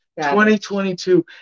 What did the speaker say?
2022